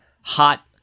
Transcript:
hot